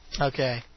Okay